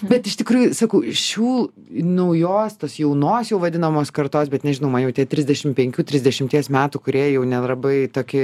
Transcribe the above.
bet iš tikrųjų sakau šių naujos tos jaunos jau vadinamos kartos bet nežinau man jau tie trisdešimt penkių trisdešimties metų kurie jau nelabai tokie